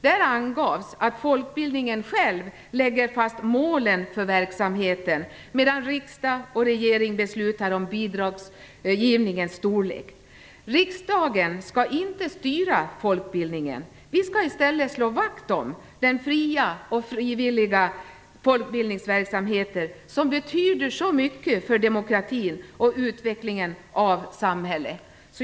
Där angavs att folkbildningen själv lägger fast målen för verksamheten, medan riksdagen och regeringen beslutar om bidragsgivningens storlek. Riksdagen skall inte styra folkbildningen. Vi skall i stället slå vakt om den fria och frivilliga folkbildningsverksamheten, som betyder så mycket för demokratin och utvecklingen av samhället.